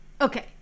Okay